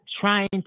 Trying